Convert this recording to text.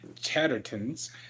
Chatterton's